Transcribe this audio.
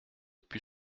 put